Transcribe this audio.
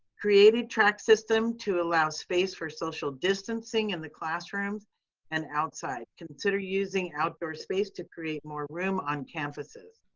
create a track system to allow space for social distancing in the classrooms and outside. consider using outdoor space to create more room on campuses.